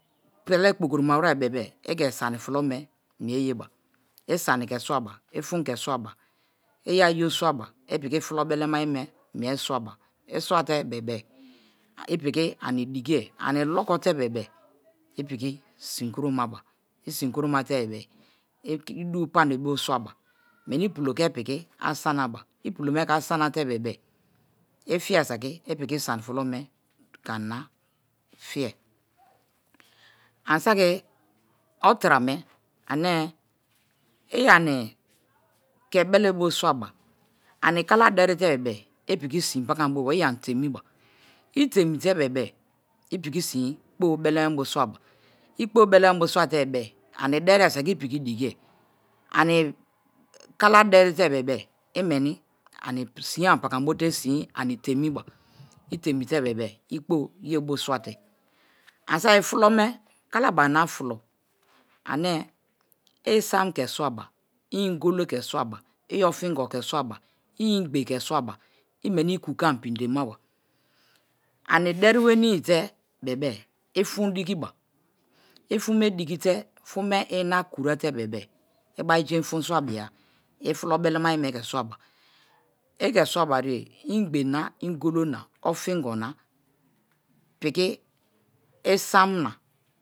Pe̱le̱ kpokoro ma we̱re̱ be̱be̱-e̱ i ke̱ sani fulo me̱ mie yeba, i sani ke̱ swaba, i fun ke̱ swaba. I piki flo belemaye me̱ mie swaba. I swate bebe i piki ani dikiye, ani luko te̱ bebe-e i piki sin kuromaba i sin kuro mate-e i du panibo swaba, meni pulo ke̱ piki asanaba, i pulo me̱ ke̱ asanate bebe-e i fie saki i piki sani fulo me̱ ke̱ anina fie̱. Ani saki otirame ane-e iyani ke̱ belebo swaba, ani kala darite-e be-e ipiki sin pakamboba or iyanitemi ba, itemite be-e i piki sin kpo beleme bo swaba i kpo-o belemebo swate-e ani derie saki piki dikiye. Ani kala darite bebe-e i weni sin ani pakambote sin ani temiba, itemite bebe-e ikpo yea bio swate. Ani saki flo me kalabarina flo ani i isam ke swaba, i ingolo ke swaba, i ofingo ke̱ swaba, i ingbe ke swaba, i meni iku ke ani pindemaba. Ani dariwe ni-ite bebe-e i fun me dikiba, i fun me dikite fun me i nina kurete bebe-e i bari jein fun swabia i ke̱ i fulo belemaye me ke swaba i ke̱ swabariye ingbe na, ingolo na, ofingo na piki isan na.